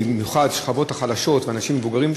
במיוחד השכבות החלשות ואנשים מבוגרים,